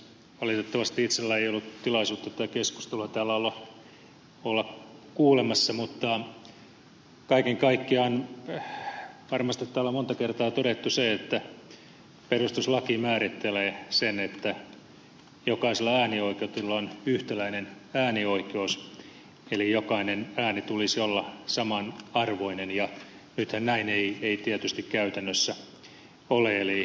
valitettavasti itselläni ei ollut tilaisuutta tätä keskustelua täällä olla kuulemassa mutta kaiken kaikkiaan varmasti täällä on monta kertaa todettu se että perustuslaki määrittelee sen että jokaisella äänioikeutetulla on yhtäläinen äänioikeus eli jokaisen äänen tulisi olla samanarvoinen ja nythän näin ei tietysti käytännössä ole